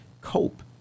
cope